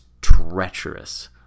treacherous